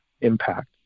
impact